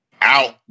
out